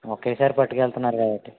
ఒకేసారి పట్టుకెళ్తున్నారు కాబట్టి